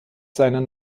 seinen